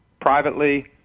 privately